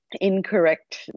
incorrect